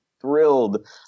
thrilled